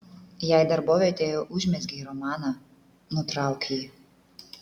jei darbovietėje užmezgei romaną nutrauk jį